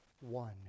one